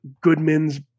Goodman's